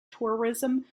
tourism